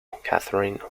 katherine